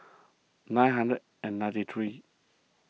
nine hundred and ninety three